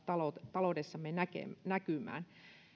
taloudessamme näkymään näkymään